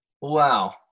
wow